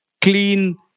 clean